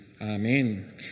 Amen